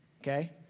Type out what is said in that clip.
okay